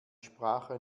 sprache